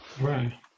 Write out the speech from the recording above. Right